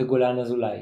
וגולן אזולאי.